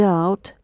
out